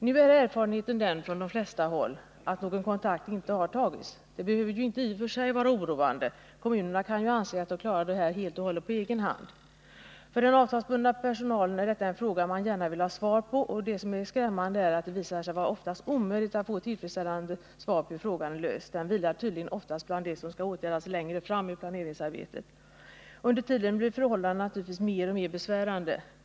Nu är erfarenheten den från de flesta håll att någon kontakt inte har tagits. Det behöver i och för sig inte vara oroande —- kommunerna kan ju anse att de klarar det här helt och hållet på egen hand. För den avtalsbundna personalen är detta en fråga man gärna vill ha svar på, och det som då är skrämmande är att det oftast visar sig vara omöjligt att få ett tillfredsställande svar på hur frågan lösts. Den vilar tydligen oftast bland det som skall åtgärdas längre fram i planeringsarbetet. Under tiden blir förhållandena naturligtvis mer och mer besvärande.